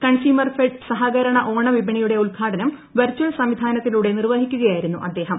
കൺസ്യൂമർഫെഡ് സഹകരണ ഓണവിപണിയുടെ ഉദ്ഘാടന്ം വെർച്ചൽ സംവിധാനത്തിലൂടെ നിർവഹിക്കുകയായിരുക്കു ് അദ്ദേഹം